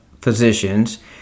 physicians